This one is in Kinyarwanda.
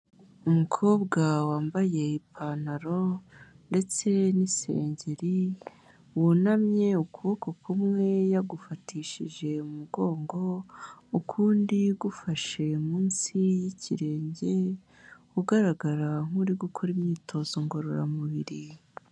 Umukobwa wambaye ipantaro, ndetse n'isengeri, wunamye ukuboko kumwe yagufatishije umugongo, ukundi gufashe munsi y'ikirenge, ugaragara nk'uri gukora imyitozo ngororamubiri.